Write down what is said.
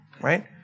right